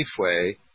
Safeway